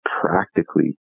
practically